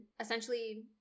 essentially